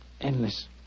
endless